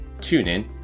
TuneIn